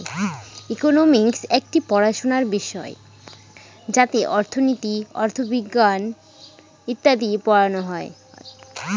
economics একটি পড়াশোনার বিষয় যাতে অর্থনীতি, অথবিজ্ঞান ইত্যাদি পড়ানো হয়